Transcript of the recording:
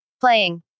Playing